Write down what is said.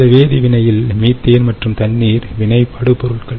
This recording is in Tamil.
இந்த வேதி வினையில் மீத்தேன் மற்றும் தண்ணீர் வினைபடு பொருள்கள்